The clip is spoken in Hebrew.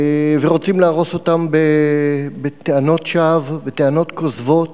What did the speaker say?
ורוצים להרוס אותם בטענות שווא, בטענות כוזבות,